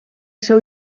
seu